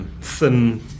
Thin